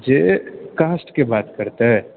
जे कास्टके बात करतै